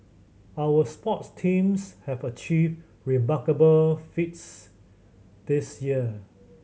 our sports teams have achieved remarkable feats this year